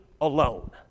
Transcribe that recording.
alone